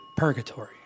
Purgatory